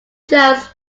jones